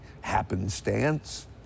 happenstance